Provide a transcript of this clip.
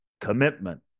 Commitment